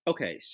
Okay